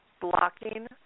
blocking